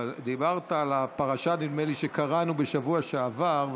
אבל נדמה לי שדיברת על הפרשה שקראנו בשבוע שעבר.